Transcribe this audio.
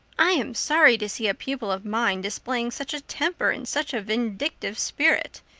i am sorry to see a pupil of mine displaying such a temper and such a vindictive spirit,